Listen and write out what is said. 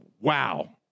Wow